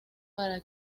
para